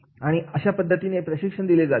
आणि अशा पद्धतीने प्रशिक्षण दिले जाते